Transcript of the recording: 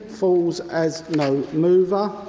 falls as no mover.